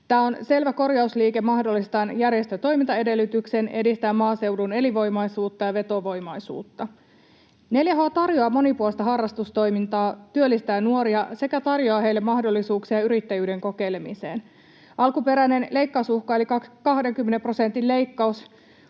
Tämä on selvä korjausliike mahdollistaen järjestön toimintaedellytyksen edistää maaseudun elinvoimaisuutta ja vetovoimaisuutta. 4H tarjoaa monipuolista harrastustoimintaa, työllistää nuoria sekä tarjoaa heille mahdollisuuksia yrittäjyyden kokeilemiseen. Alkuperäinen leikkausuhka eli 20 prosentin leikkaus